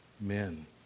men